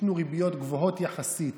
ייתנו ריביות גבוהות יחסית